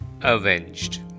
avenged